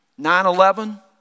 9-11